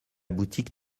boutique